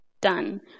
done